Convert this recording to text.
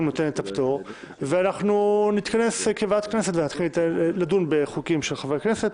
נותנת פטור ואנחנו נתכנס כוועדת כנסת ונתחיל לדון בחוקים של חברי כנסת.